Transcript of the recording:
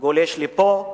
גולש לפה,